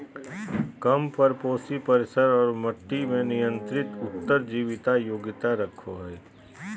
कम परपोषी परिसर और मट्टी में नियंत्रित उत्तर जीविता योग्यता रखो हइ